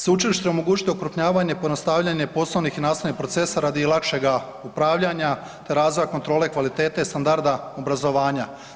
Sveučilište će omogućiti okrupnjavanje i pojednostavljanje poslovnih i nastavnih procesa radi lakšega upravljanja te razvoja kontrole kvalitete standarda obrazovanja.